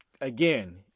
again